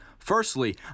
Firstly